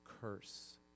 curse